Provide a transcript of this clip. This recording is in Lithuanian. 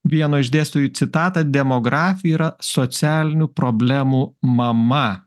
vieno iš dėstojų citatą demografija yra socialinių problemų mama